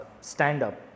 stand-up